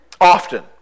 often